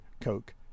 Coke